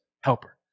helper